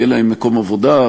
ויהיה להם מקום עבודה,